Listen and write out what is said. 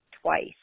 twice